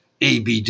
ABD